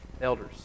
elders